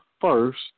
first